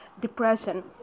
depression